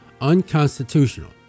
unconstitutional